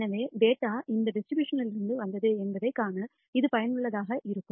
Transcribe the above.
எனவே டேட்டா எந்த டிஸ்ட்ரிபியூஷன் லிருந்து வந்தது என்பதைக் காண இது பயனுள்ளதாக இருக்கும்